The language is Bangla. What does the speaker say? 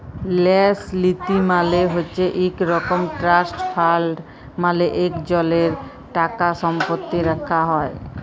ল্যাস লীতি মালে হছে ইক রকম ট্রাস্ট ফাল্ড মালে ইকজলের টাকাসম্পত্তি রাখ্যা হ্যয়